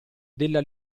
della